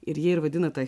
ir jie ir vadina tą